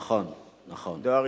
יופי